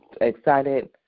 excited